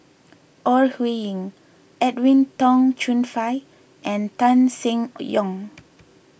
Ore Huiying Edwin Tong Chun Fai and Tan Seng Yong